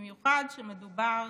במיוחד כשמדובר